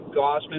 Gosman